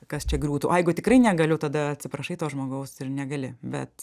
kas čia griūtų o jeigu tikrai negaliu tada atsiprašai to žmogaus ir negali bet